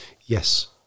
yes